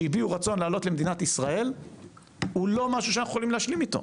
שהביעו רצון לעלות למדינת ישראל הוא לא משהו שאנחנו יכולים להשלים איתו,